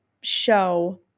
show